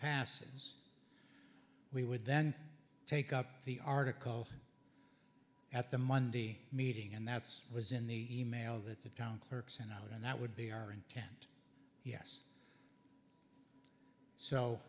passes we would then take up the article at the monday meeting and that's was in the email that the town clerk send out and that would be our intent yes so